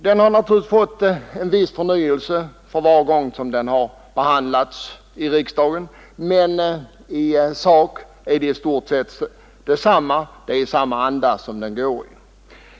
Den har naturligtvis fått en viss förnyelse för var gång som den har behandlats i riksdagen, men i sak är det i stort sett samma motion — den är skriven i samma anda.